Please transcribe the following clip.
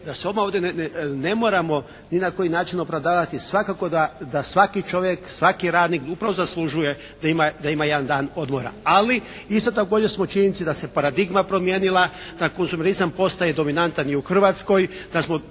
odmah ovdje ne moramo ni na koji način opravdavati, svakako da svaki čovjek, svaki radnik upravo zaslužuje da ima jedan dan odmora. Ali, isto također smo činjenice da se paradigma promijenila, da .../Govornik se ne razumije./… postaje dominantan i u Hrvatskoj, da smo